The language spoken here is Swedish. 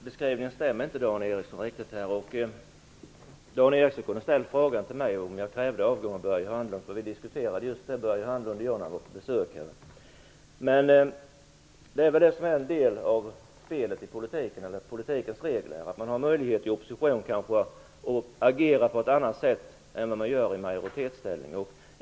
Herr talman! Dan Ericssons historieskrivning stämmer inte riktigt. Dan Ericsson kunde ha ställt frågan till mig om jag krävde Börje Hörnlunds avgång, för Börje Hörnlund och jag diskuterade just detta när han var på besök här. Det som är en del av politikens regler är att man i opposition har möjlighet att agera på ett annat sätt än i majoritetsställning.